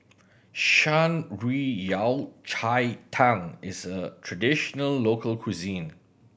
Shan Rui Yao Cai Tang is a traditional local cuisine